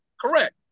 Correct